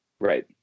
Right